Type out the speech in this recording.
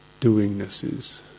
doingnesses